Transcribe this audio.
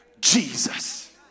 Jesus